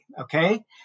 okay